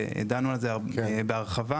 דנו על זה בהרחבה,